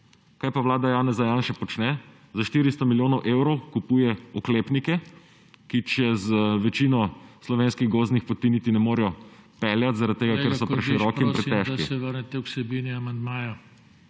Kaj pa vlada Janeza Janše počne? Za 400 milijonov evrov kupuje oklepnike, ki čez večino slovenskih gozdnih poti niti ne morejo peljati, ker so preširoki in pretežki